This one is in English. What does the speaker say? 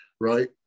right